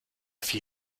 few